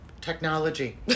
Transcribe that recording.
Technology